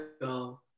go